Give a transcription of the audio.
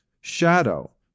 shadow